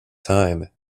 time